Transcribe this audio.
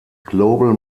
global